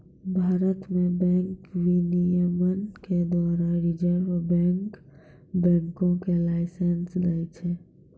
भारत मे बैंक विनियमन के द्वारा रिजर्व बैंक बैंको के लाइसेंस दै छै